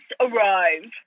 arrive